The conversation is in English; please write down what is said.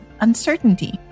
uncertainty